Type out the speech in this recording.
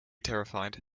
terrified